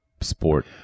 sport